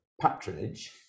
patronage